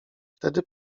wtedy